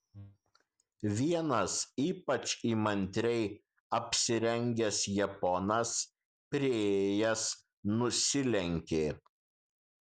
vienas ypač įmantriai apsirengęs japonas priėjęs nusilenkė